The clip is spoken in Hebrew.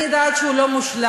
אני יודעת שהוא לא מושלם,